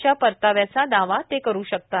च्या परताव्याचा दावा ते करू शकतात